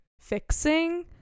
fixing